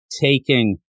taking